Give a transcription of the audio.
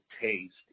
taste